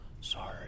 sorry